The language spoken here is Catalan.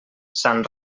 sant